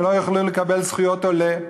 ולא יוכלו לקבל זכויות עולה?